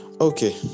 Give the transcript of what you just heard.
okay